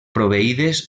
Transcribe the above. proveïdes